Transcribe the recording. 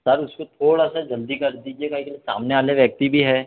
sir उसमें थोड़ा सा जल्दी कर दीजिए काहे के लिए सामने वाला व्यक्ति भी है